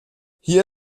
hier